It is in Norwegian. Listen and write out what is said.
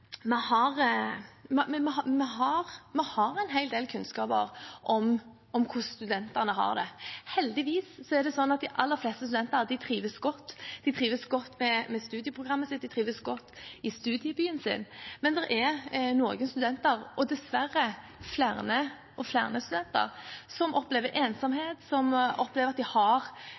Vi har en hel del kunnskap om hvordan studentene har det. Heldigvis er det slik at de aller fleste studenter trives godt – de trives godt med studieprogrammet sitt, de trives godt i studiebyen sin. Men det er noen studenter – og dessverre flere og flere studenter – som opplever ensomhet, som opplever at de har